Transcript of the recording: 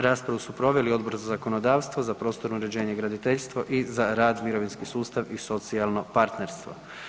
Raspravu su proveli Odbor za zakonodavstvo, za prostorno uređenje i graditeljstvo i za rad, mirovinski sustav i socijalno partnerstvo.